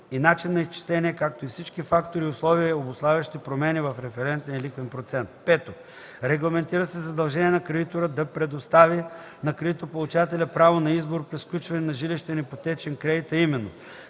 и начин на изчисление, както и всички фактори и условия, обуславящи промени в референтния лихвен процент. 5. Регламентира се задължение за кредитора да предостави на кредитополучателя право на избор при сключването на жилищен ипотечен кредит, а именно: